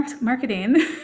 marketing